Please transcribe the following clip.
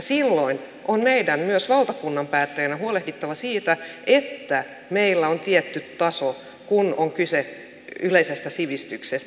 silloin on meidän myös valtakunnan päättäjinä huolehdittava siitä että meillä on tietty taso kun on kyse yleisestä sivistyksestä